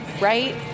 right